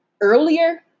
earlier